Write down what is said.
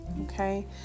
Okay